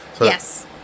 Yes